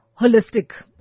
holistic